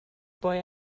boy